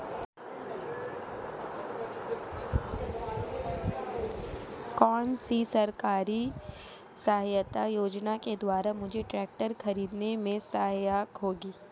कौनसी सरकारी सहायता योजना के द्वारा मुझे ट्रैक्टर खरीदने में सहायक होगी?